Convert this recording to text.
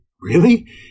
Really